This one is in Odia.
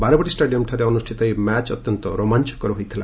ବାରବାଟୀ ଷ୍ଟାଡିୟମ୍ରେ ଅନୁଷ୍ଠିତ ଏହି ମ୍ୟାଚ୍ ଅତ୍ୟନ୍ତ ରୋମାଞ୍ଚକ ହୋଇଥିଲା